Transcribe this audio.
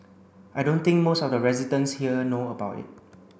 I don't think most of the residents here know about it